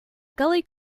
gully